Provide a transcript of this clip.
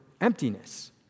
emptiness